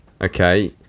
Okay